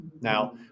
Now